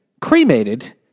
cremated